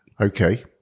Okay